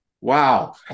wow